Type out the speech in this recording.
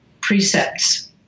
precepts